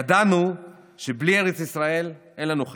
ידענו שבלי ארץ ישראל אין לנו חיים.